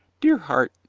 dear heart,